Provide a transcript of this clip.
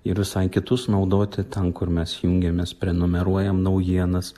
ir visai kitus naudoti ten kur mes jungiamės prenumeruojam naujienas